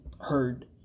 heard